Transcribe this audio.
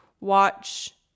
watch